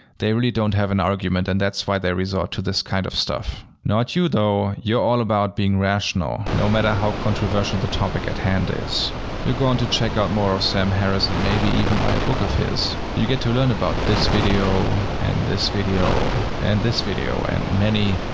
they really don't have an argument, and that's why they resort to this kind of stuff. not you though! you're all about being rational. no matter how controversial the topic at hand is. you're going to check out more of sam harris and maybe even buy a book of his. you get to learn about this video. and this video. and this video and many,